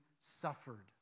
suffered